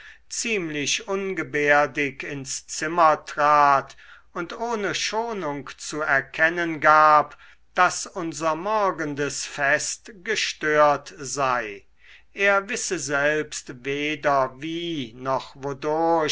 ziemlich ungebärdig ins zimmer trat und ohne schonung zu erkennen gab daß unser morgendes fest gestört sei er wisse selbst weder wie noch wodurch